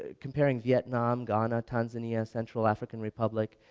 ah comparing vietnam, ghana, tanzania, central african republic,